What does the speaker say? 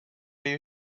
you